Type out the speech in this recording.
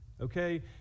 okay